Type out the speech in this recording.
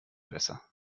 besser